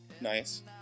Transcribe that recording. Nice